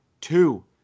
Two